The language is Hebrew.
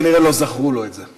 כנראה לא זכרו לו את זה.